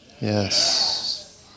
Yes